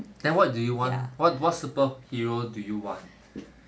then what do you want what what super hero do you want